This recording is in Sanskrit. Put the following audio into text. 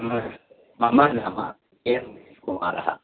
म मम नाम एम् कुमारः